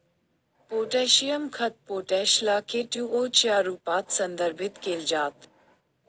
potassium खत potash ला K two O च्या रूपात संदर्भित केल जात